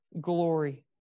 glory